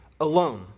alone